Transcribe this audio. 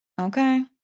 okay